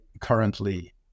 currently